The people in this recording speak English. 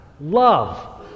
love